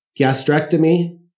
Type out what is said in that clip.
Gastrectomy